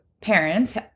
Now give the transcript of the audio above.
parents